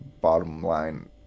bottom-line